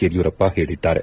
ಯಡಿಯೂರಪ್ಪ ಹೇಳಿದ್ದಾರೆ